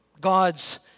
God's